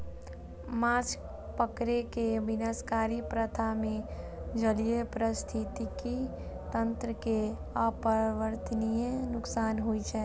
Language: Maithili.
माछ पकड़ै के विनाशकारी प्रथा मे जलीय पारिस्थितिकी तंत्र कें अपरिवर्तनीय नुकसान होइ छै